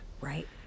Right